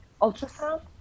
ultrasound